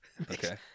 Okay